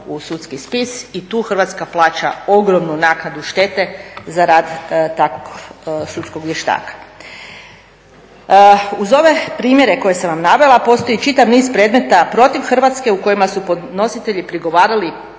u sudski spis i tu Hrvatska plaća ogromnu naknadu štete za rad sudskog vještaka. Uz ove primjere koje sam vam navela postoji čitav niz predmeta protiv Hrvatske u kojima su podnositelji prigovarali